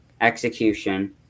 execution